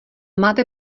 máte